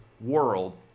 world